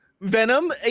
Venom